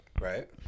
Right